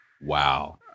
Wow